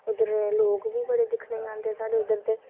उद्धर लोक बी बड़े दिक्खने गी औंदे साढ़े उद्धर दे